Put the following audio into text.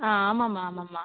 ஆ ஆமாம்மா ஆமாம்மா